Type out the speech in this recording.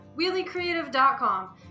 WheelieCreative.com